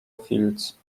fields